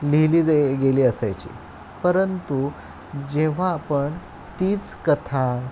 लिहिली गेली असायची परंतु जेव्हा आपण तीच कथा